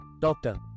Doctor